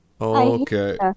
Okay